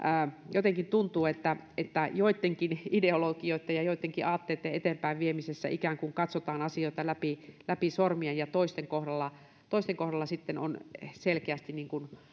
jotenkin tuntuu että että joittenkin ideologioitten ja joittenkin aatteitten eteenpäinviemisessä ikään kuin katsotaan asioita läpi läpi sormien ja toisten kohdalla toisten kohdalla sitten on selkeästi